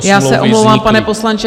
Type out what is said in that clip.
Já se omlouvám, pane poslanče.